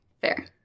Fair